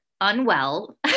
unwell